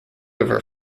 river